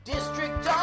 District